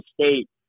State